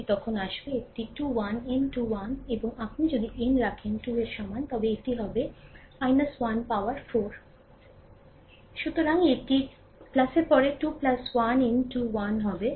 সুতরাং পদটি তখন আসবে একটি 21 M21 আপনি যদি n রাখেন 2 এর সমান তবে এটি হবে 1 পাওয়ার 4 to সুতরাং এটি এর পরে 2 1 M2 1 হবে